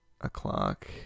o'clock